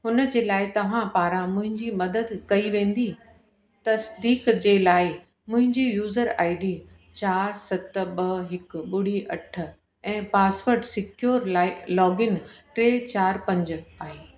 हुन जे लाइ तव्हां पारां मुंहिंजी मदद कई वेंदी तसिदीक़ जे लाइ मुंहिंजी यूज़र आई डी चारि सत ॿ हिकु ॿुड़ी अठ ऐं पासवर्ड सिक्योर लाइ लोगइन टे चारि पंज आहे